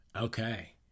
Okay